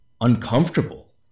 uncomfortable